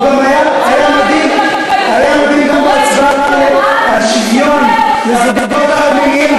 הוא גם היה מדהים בהצבעה על שוויון לזוגות החד-מיניים.